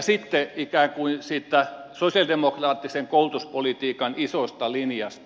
sitten ikään kuin siitä sosiaalidemokraattisen koulutuspolitiikan isosta linjasta